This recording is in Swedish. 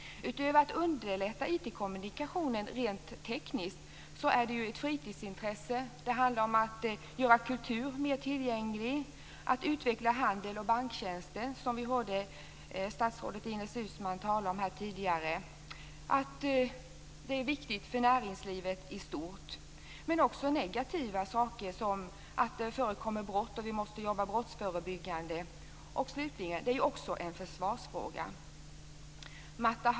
Utöver att underlätta IT-kommunikationen rent tekniskt, är ju det här ett fritidsintresse. Det handlar om att göra kultur mer tillgänglig och om att utveckla handel och banktjänster. Det hörde vi statsrådet Ines Uusmann tala om här tidigare. Det är viktigt för näringslivet i stort. Det finns också negativa saker, som att det förekommer brott. Vi måste jobba brottsförebyggande. Slutligen är det också en försvarsfråga.